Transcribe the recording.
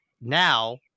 now